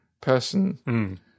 person